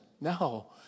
no